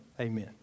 Amen